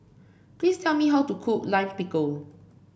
please tell me how to cook Lime Pickle